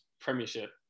premiership